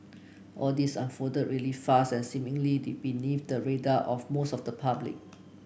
all this unfolded really fast and seemingly the beneath the radar of most of the public